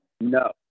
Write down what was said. no